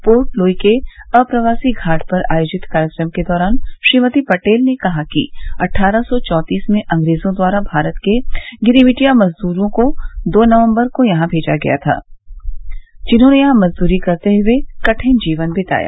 port Louis के अप्रवासी घाट पर आयोजित कार्यक्रम के दौरान श्रीमती पटेल ने कहा कि अट्ठारह सौ चौतीस में अंग्रेजों द्वारा भारत के गिरिमिटिया मजदूरों को दो नवम्बर को यहां भेजा गया था जिन्होंने यहां मजदूरी करते हुए कठिन जीवन बिताया